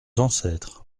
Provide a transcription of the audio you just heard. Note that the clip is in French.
ancêtres